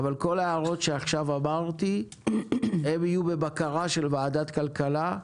אבל כל ההערות שעכשיו אמרתי הן יהיו בבקרה של ועדת כלכלה,